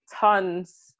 tons